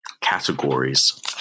categories